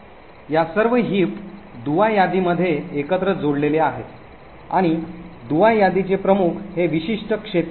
या सर्व हिप दुवा यादीमध्ये एकत्र जोडलेले आहेत आणि दुवा यादीचे प्रमुख हे विशिष्ट क्षेत्र आहे